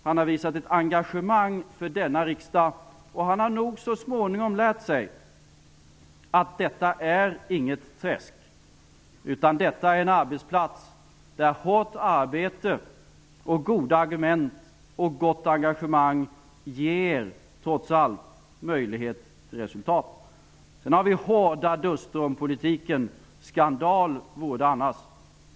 Han har visat engagemang för denna riksdag, och han har nog så småningom lärt sig att detta inte är något träsk utan en arbetsplats, där hårt arbete, goda argument och stort engagemang trots allt ger möjlighet till resultat. Vi har haft hårda duster om politiken; skandal vore det väl annars.